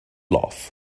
laugh